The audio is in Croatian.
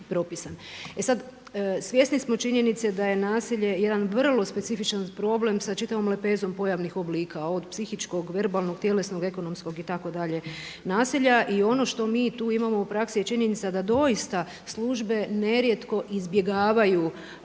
E sada svjesni smo činjenice da je nasilje jedan vrlo specifičan problem sa čitavom lepezom pojavnih oblika od psihičkog, verbalnog, tjelesnog, ekonomskog itd. nasilja i o ono što mi tu imamo u praksi je činjenica da doista službe ne rijetko izbjegavaju